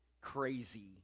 crazy